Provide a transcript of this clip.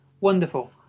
Wonderful